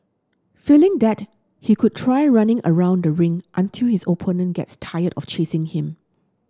failing that he could try running around the ring until his opponent gets tired of chasing him